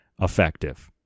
effective